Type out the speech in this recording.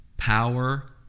Power